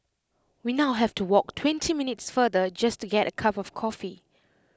we now have to walk twenty minutes farther just to get A cup of coffee